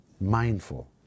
Mindful